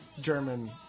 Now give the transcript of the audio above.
German